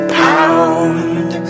pound